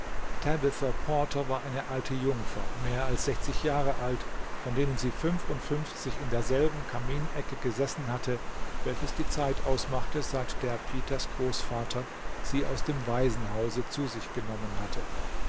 porter war eine alte jungfer mehr als sechzig jahre alt von denen sie fünfundfünfzig in derselben kaminecke gesessen hatte welches die zeit ausmachte seit der peters großvater sie aus dem waisenhause zu sich genommen hatte